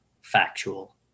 factual